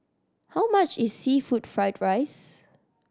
how much is seafood fried rice